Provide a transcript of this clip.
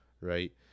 Right